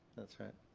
that's right.